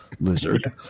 lizard